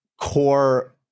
core